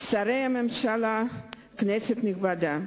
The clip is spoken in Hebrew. שרי הממשלה, כנסת נכבדה,